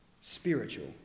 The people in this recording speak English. Spiritual